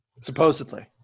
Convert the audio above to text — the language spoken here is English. Supposedly